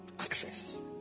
Access